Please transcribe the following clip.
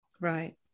Right